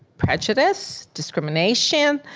prejudice, discrimination,